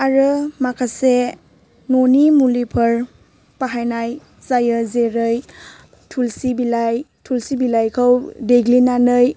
आरो माखासे न'नि मुलिफोर बाहायनाय जायो जेरै थुलुंसि बिलाइ थुलुंसि बिलाइखौ देग्लिनानै